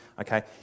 Okay